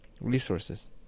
resources